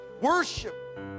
Worship